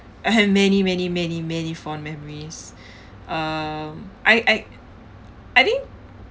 I have many many many many fond memories um I I I think